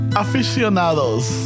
aficionados